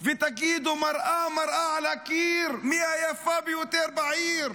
ותגידו: מראה, מראה שעל הקיר, מי היפה ביותר בעיר?